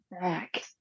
back